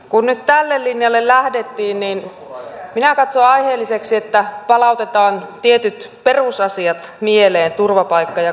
kun nyt tälle linjalle lähdettiin niin minä katson aiheelliseksi että palautetaan mieleen tietyt perusasiat turvapaikka ja kotouttamispolitiikasta